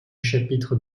chapitre